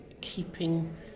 keeping